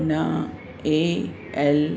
न ए एल